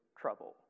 trouble